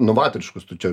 novatoriškus tu čia